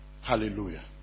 Hallelujah